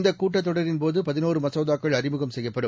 இந்தக் கூட்டத்தொடரின் போதுபதினொருமசோதாக்கள் அறிமுகம் செய்யப்படும்